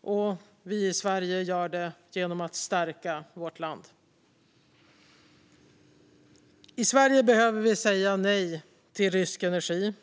och vi i Sverige gör det genom att stärka vårt land. I Sverige behöver vi säga nej till rysk energi.